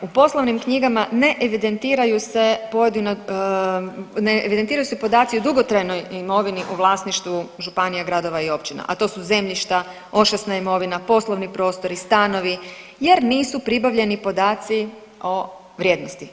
U poslovnim knjigama ne evidentiraju se pojedine, ne evidentiraju se podaci o dugotrajnoj imovini u vlasništvu županija, gradova i općina, a to su zemljišta, ... imovina, poslovni prostori, stanovi jer nisu pribavljeni podaci o vrijednosti.